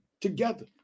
together